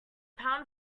pound